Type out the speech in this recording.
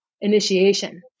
initiation